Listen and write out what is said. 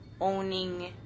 owning